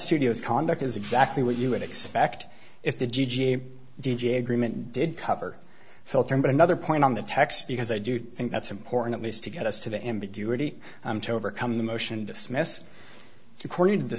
studios conduct is exactly what you would expect if the g g a d j agreement did cover filtering but another point on the text because i do think that's important at least to get us to the ambiguity or come the motion to dismiss according to the